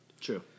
True